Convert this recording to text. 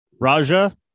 Raja